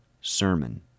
sermon